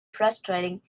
frustrating